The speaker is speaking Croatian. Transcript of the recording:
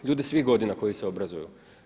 Ljudi svih godina koji se obrazuju.